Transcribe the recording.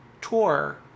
tour